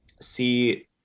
see